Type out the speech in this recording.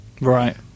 Right